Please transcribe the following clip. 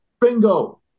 Bingo